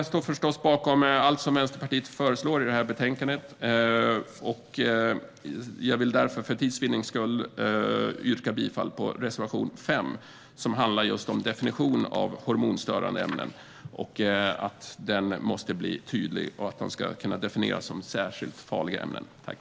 Jag står förstås bakom allt som Vänsterpartiet föreslår i betänkandet, men jag vill för tids vinnande yrka bifall endast till reservation 5, som handlar om definition av hormonstörande ämnen. Den måste bli tydlig, och särskilt farliga ämnen måste kunna definieras.